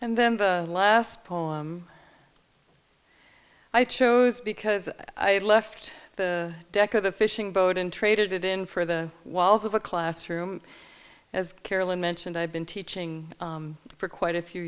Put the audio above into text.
and then the last poem i chose because i had left the deck of the fishing boat in traded in for the walls of a classroom as carolyn mentioned i've been teaching for quite a few